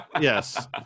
Yes